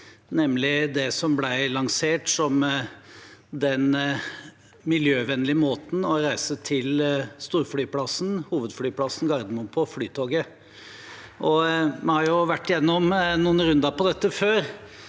nemlig det som ble lansert som den miljøvennlige måten å reise til hovedflyplassen Gardermoen på, Flytoget. Vi har vært gjennom noen runder på dette før,